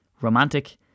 romantic